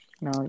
no